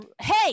hey